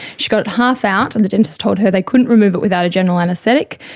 she got it half out and the dentist told her they couldn't remove it without a general anaesthetic,